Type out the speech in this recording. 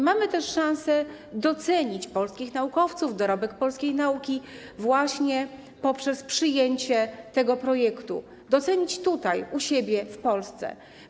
Mamy też szansę docenić polskich naukowców, dorobek nauki polskiej właśnie poprzez przyjęcie tego projektu, docenić tutaj, u siebie, w Polsce.